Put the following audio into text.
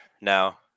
now